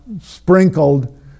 sprinkled